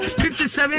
57